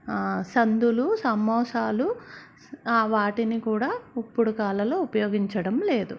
సంధులు సమాసాలు ఆ వాటిని కూడా ఇప్పటి కాలంలో ఉపయోగించడం లేదు